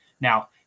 Now